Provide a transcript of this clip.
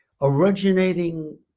originating